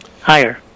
higher